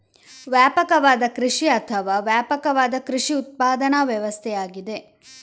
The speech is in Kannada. ವ್ಯಾಪಕವಾದ ಕೃಷಿ ಅಥವಾ ವ್ಯಾಪಕವಾದ ಕೃಷಿ ಉತ್ಪಾದನಾ ವ್ಯವಸ್ಥೆಯಾಗಿದೆ